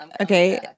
Okay